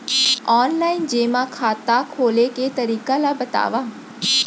Online जेमा खाता खोले के तरीका ल बतावव?